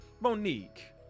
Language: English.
Monique